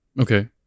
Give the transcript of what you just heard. Okay